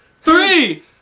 Three